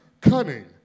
cunning